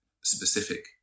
specific